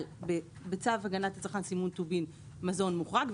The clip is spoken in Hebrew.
אבל בצו הגנת הצרכן (סימון טובין) מזון מוחרג,